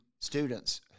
students